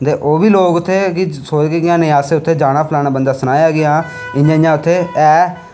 ते ओह्बी लोग उत्तें सोचदे की नज़ारे आस्तै उत्तें जाना ते फलानै बंदे सनाया की आं इंया इंया उत्थें ऐ